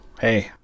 Hey